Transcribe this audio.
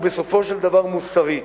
הוא בסופו של דבר מוסרי,